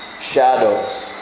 shadows